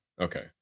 Okay